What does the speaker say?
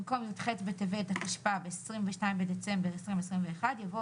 במקום "י"ב בטבת התשפ"ב (22 בדצמבר 2021)" יבוא